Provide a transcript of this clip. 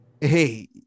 hey